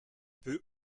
peut